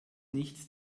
nichts